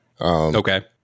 Okay